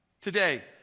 Today